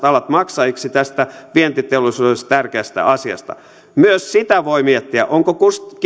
alat maksajiksi tästä vientiteollisuudelle tärkeästä asiasta myös sitä voi miettiä onko